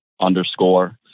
underscore